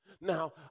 Now